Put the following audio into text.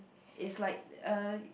it's like uh